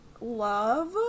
love